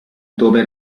dove